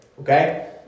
Okay